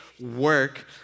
work